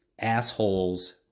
asshole's